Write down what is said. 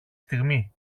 στιγμή